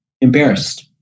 Embarrassed